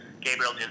Gabriel